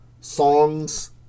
songs